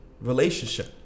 relationship